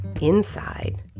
Inside